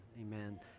amen